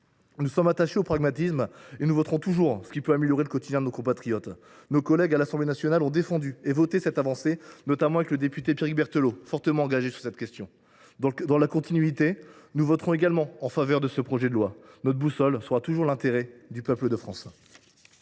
Nous sommes attachés au pragmatisme et nous voterons toujours ce qui peut améliorer le quotidien de nos compatriotes. Nos collègues à l’Assemblée nationale ont défendu et adopté cette avancée, notamment le député Pierrick Berteloot, fortement engagé sur cette question. Dans cette continuité, nous voterons également en faveur de cette proposition de loi. Notre boussole sera toujours l’intérêt du peuple de France.